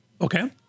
Okay